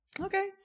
Okay